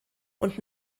und